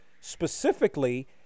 specifically